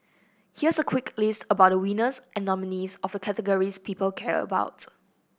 here's quick list about the winners and nominees of the categories people care about